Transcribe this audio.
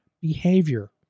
behavior